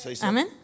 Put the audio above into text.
Amen